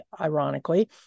ironically